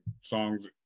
songs